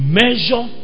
measure